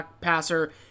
passer